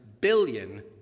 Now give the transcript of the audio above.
billion